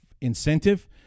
incentive